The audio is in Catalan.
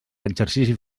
exercici